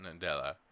Nadella